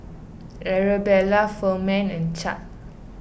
Arabella Ferman and Chadd